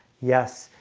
yes,